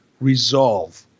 resolve